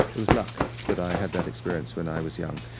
it was luck that i had that experience when i was young.